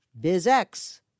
BizX